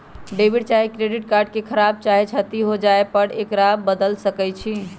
debit चाहे credit card के खराप चाहे क्षति हो जाय पर एकरा बदल सकइ छी